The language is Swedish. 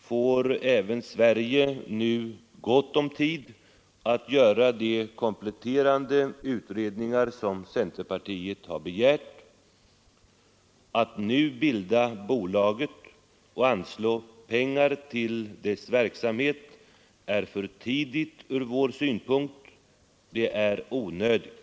får även Sverige nu gott om tid att göra de kompletterande utredningar som centerpartiet har begärt. Att nu bilda bolaget och anslå pengar till dess verksamhet är för tidigt och ur vår synpunkt onödigt.